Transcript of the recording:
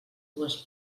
dues